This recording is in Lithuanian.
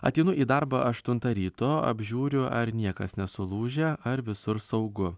ateinu į darbą aštuntą ryto apžiūriu ar niekas nesulūžę ar visur saugu